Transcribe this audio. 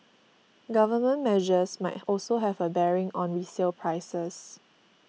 government measures might also have a bearing on resale prices